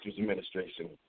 Administration